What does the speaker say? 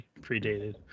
Predated